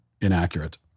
inaccurate